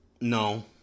no